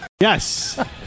yes